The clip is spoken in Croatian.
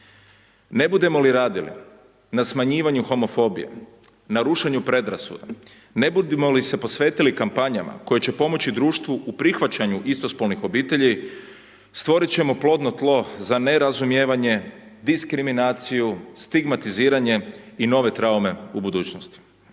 Ne budemo li radili na smanjivanju homofobija, na rušenju predrasuda, ne budemo li se posvetili kampanjama koje će pomoći društvu u prihvaćanju istospolnih obitelji stvorit ćemo plodno tlo za nerazumijevanje, diskriminaciju, stigmatiziranje i nove traume u budućnosti.